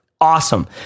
awesome